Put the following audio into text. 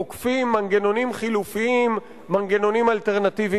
הרעיון הוא להסמיך פקחים עירוניים לטפל בעבירות של אלימות.